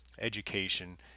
education